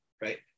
Right